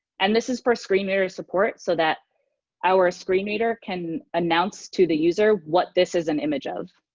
and this is for screenreader support so that our screenreader can announce to the user what this is an image of.